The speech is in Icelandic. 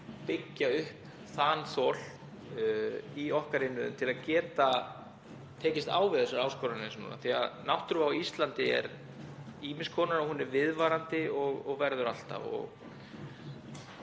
byggja upp þanþol í okkar innviðum til að geta tekist á við þessar áskoranir eins og núna. Náttúruvá á Íslandi er ýmiss konar og hún er viðvarandi og verður alltaf.